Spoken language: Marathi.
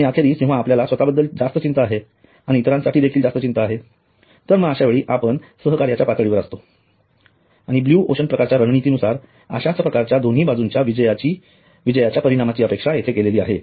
आणि अखेरीस जेंव्हा आपल्याला स्वतःबद्दल जास्त चिंता आहे आणि इतरांसाठी देखील जास्त चिंता आहे तर मग अश्यावेळी आपण सहकार्याच्या पातळीवर असतो आणि ब्लु ओशन प्रकारच्या रणनीती नुसार अश्याच प्रकारच्या दोन्ही बाजूंच्या विजयाच्या परिणामाची अपेक्षा येथे केलेली आहे